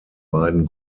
beiden